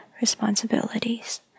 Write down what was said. responsibilities